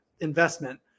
investment